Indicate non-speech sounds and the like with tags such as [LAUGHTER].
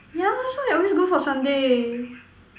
yeah so I always go for sundae [BREATH]